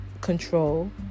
control